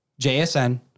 JSN